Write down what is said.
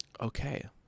Okay